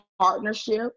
partnership